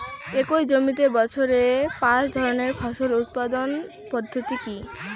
একই জমিতে বছরে পাঁচ ধরনের ফসল উৎপাদন পদ্ধতি কী?